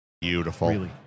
Beautiful